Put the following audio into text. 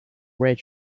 red